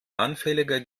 anfälliger